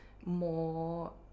more